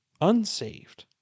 unsaved